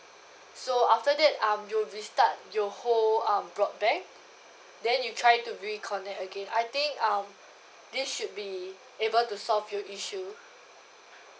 so after that um you restart your whole uh broadband then you try to reconnect again I think um this should be able to resolve your issue